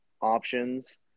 options